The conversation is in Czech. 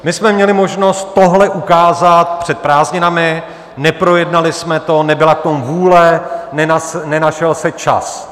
My jsme měli možnost tohle ukázat před prázdninami, neprojednali jsme to, nebyla k tomu vůle, nenašel se čas.